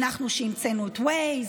אנחנו שהמצאנו את Waze,